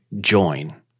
join